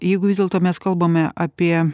jeigu vis dėlto mes kalbame apie